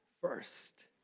first